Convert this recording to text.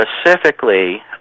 specifically